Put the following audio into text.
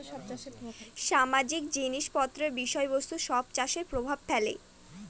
সামাজিক জিনিস পত্র বিষয় বস্তু সব চাষে প্রভাব ফেলে